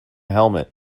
helmet